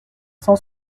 cent